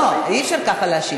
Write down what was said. לא, אי-אפשר ככה להשיב.